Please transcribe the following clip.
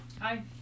Hi